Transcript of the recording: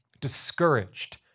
discouraged